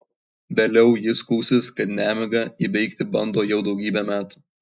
vėliau ji skųsis kad nemigą įveikti bando jau daugybę metų